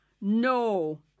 No